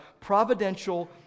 providential